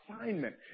assignment